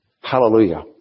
Hallelujah